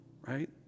right